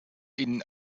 ihnen